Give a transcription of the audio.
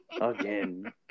again